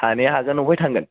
हानाया हागोन अफाय थांगोन